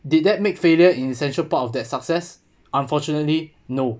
did that make failure in central part of that success unfortunately no